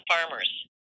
farmers